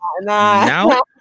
now